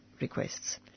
requests